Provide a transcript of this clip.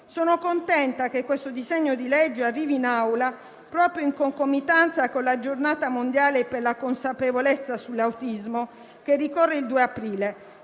Sono contenta che questo disegno di legge arrivi in Aula proprio in concomitanza con la Giornata mondiale per la consapevolezza sull'autismo, che ricorre il 2 aprile.